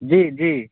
جی جی